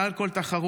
מעל כל תחרות,